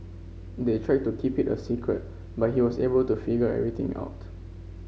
they tried to keep it a secret but he was able to figure everything out